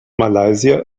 malaysia